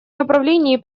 направлении